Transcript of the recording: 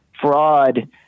fraud